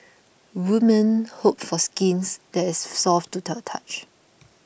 women hope for skin that is soft to the touch